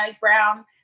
Brown